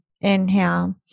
Inhale